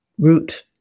root